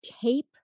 tape